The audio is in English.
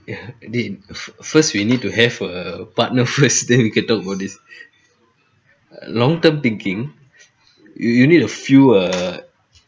ya didn't first we need to have a partner first then we can talk about this uh long-term thinking you you need to fill err